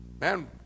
man